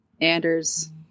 Anders